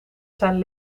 zijn